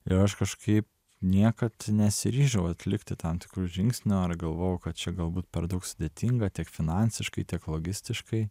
ir aš kažkaip niekad nesiryžau atlikti tam tikrų žingsnių ar galvojau kad čia galbūt per daug sudėtinga tiek finansiškai tiek logistiškai